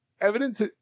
evidence